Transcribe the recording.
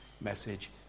message